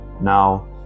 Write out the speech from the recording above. now